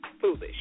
Foolish